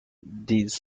these